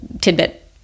tidbit